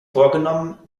vorgenommen